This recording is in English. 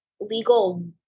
legal